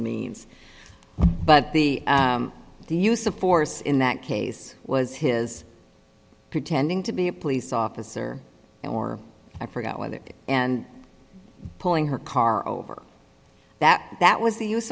means but the use of force in that case was his pretending to be a police officer or i forget whether and pulling her car over that that was the use